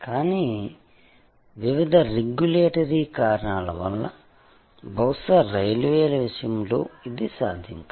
కానీ వివిధ రెగ్యులేటరీ కారణాల వల్ల బహుశా రైల్వేల విషయంలో ఇది సాధ్యం కాదు